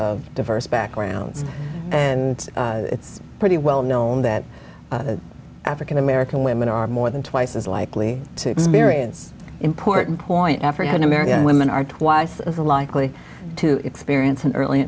of diverse backgrounds and it's pretty well known that african american women are more than twice as likely to experience important point african american women are twice as likely to experience an early